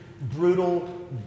brutal